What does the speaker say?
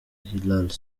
hillary